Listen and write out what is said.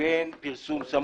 לבין פרסום סמוי.